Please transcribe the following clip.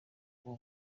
uwo